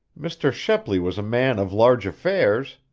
mr. shepley was a man of large affairs.